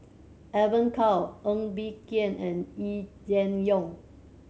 Evon Kow Ng Bee Kia and Yee Jenn Jong